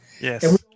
Yes